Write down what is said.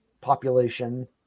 population